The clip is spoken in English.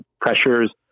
pressures